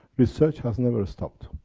research has never stopped.